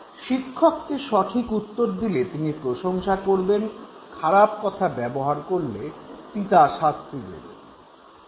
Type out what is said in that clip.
শিক্ষকে সঠিক উত্তর দিলে তিনি প্রশংসা করবেন খারাপ কথা ব্যবহার করলে পিতা শাস্তি দেবেন